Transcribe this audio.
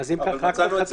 זה לא יהפוך